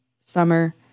Summer